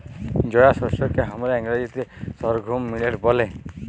জয়ার শস্যকে হামরা ইংরাজিতে সর্ঘুম মিলেট ব্যলি